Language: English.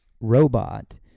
robot